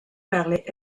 parlait